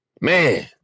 Man